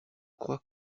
crois